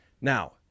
Now